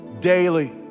daily